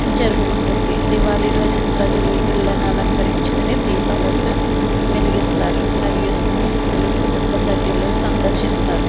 జరుపుకుంటుంది దివాళీ రోజున ప్రజలు ఇళ్ళను అలంకరించుకొని దీపాలతో వెలిగిస్తారు మరియు స్నేహితులు కుటుంబ సభ్యులు సందర్శిస్తారు